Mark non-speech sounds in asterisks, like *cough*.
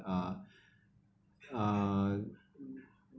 uh *breath* uh